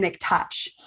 touch